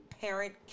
parent